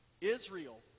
Israel